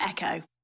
Echo